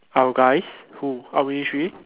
our guys who our ministry